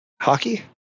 Hockey